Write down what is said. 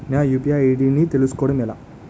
నా UPI ID ని తెలుసుకోవడం ఎలా?